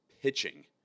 pitching